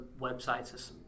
websites